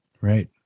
Right